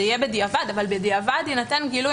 זה יהיה בדיעבד - אבל בדיעבד יינתן גילוי